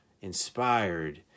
inspired